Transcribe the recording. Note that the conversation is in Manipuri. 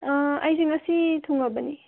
ꯑꯥ ꯑꯩꯁꯤ ꯉꯁꯤ ꯊꯨꯡꯂꯕꯅꯤ